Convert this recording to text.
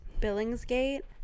Billingsgate